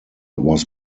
was